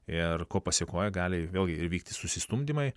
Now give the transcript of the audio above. ir ko pasėkoje gali vėlgi įvykti susistumdymai